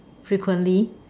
frequently